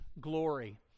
glory